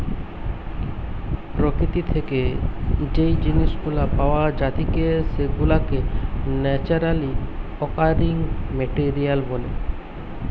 প্রকৃতি থেকে যেই জিনিস গুলা পাওয়া জাতিকে সেগুলাকে ন্যাচারালি অকারিং মেটেরিয়াল বলে